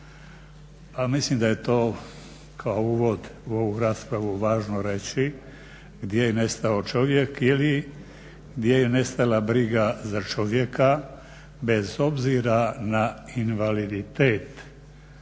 a mislim da je to kao uvod u ovu raspravu važno reći, gdje je nestao čovjek ili gdje je nestala briga za čovjeka bez obzira na invaliditet,